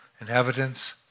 inhabitants